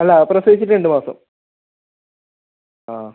അല്ല പ്രസവിച്ചിട്ട് രണ്ട് മാസം ആ